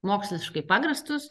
moksliškai pagrįstus